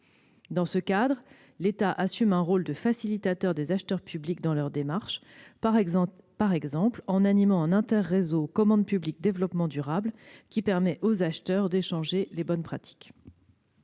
Dans ce cadre, l'État assume un rôle de facilitateur des acheteurs publics dans leurs démarches. Il le fait, par exemple, en animant un inter-réseau « commande publique-développement durable » qui permet aux acheteurs d'échanger les bonnes pratiques.